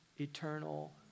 eternal